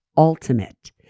ultimate